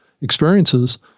experiences